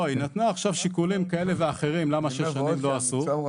שהם שיקולים כאלה ואחרים למה שש שנים לא עשו.